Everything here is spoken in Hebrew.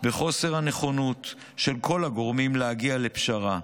וחוסר הנכונות של כל הגורמים להגיע לפשרה,